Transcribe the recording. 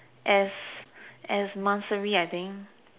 as as monthsary I think